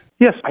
Yes